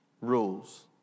rules